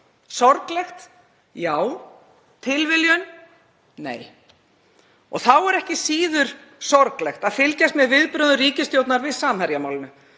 Sorglegt? Já. Tilviljun? Nei. Þá er ekki síður sorglegt að fylgjast með viðbrögðum ríkisstjórnar við Samherjamálinu.